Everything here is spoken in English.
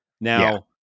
Now